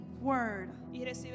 word